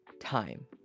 time